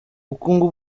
bukungu